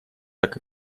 так